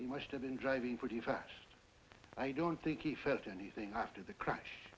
he must have been driving pretty fast i don't think he felt anything after the crash